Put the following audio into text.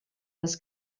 les